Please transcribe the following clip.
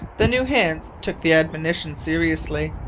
the new hands took the admonition seriously,